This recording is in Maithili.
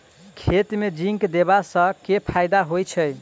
खेत मे जिंक देबा सँ केँ फायदा होइ छैय?